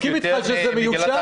אני מסכים אתך שזה מיושן.